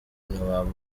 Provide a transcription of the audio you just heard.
ntiwaba